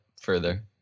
further